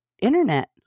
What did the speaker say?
internet